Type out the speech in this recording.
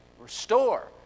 Restore